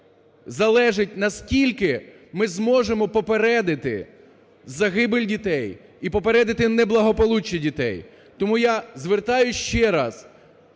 залежить, наскільки ми зможемо попередити загибель дітей і попередити неблагополуччя дітей. Тому я звертаюсь ще раз,